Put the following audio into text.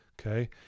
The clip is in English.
Okay